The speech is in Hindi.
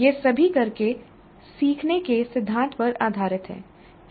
ये सभी करके सीखने के सिद्धांत पर आधारित हैं